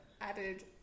added